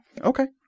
Okay